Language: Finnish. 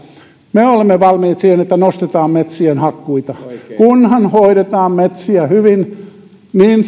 me olemme valmiit siihen että nostetaan metsien hakkuita kunhan hoidetaan metsiä hyvin niin